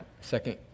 second